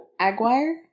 Aguirre